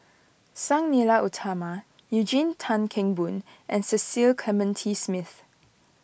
Sang Nila Utama Eugene Tan Kheng Boon and Cecil Clementi Smith